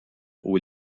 aux